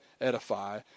edify